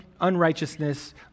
unrighteousness